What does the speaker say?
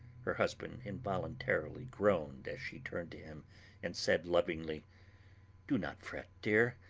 her husband involuntarily groaned as she turned to him and said lovingly do not fret, dear.